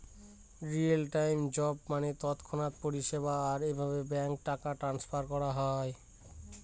real time job মানে তৎক্ষণাৎ পরিষেবা, আর এভাবে ব্যাঙ্কে টাকা ট্রান্সফার করা হয়